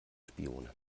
spione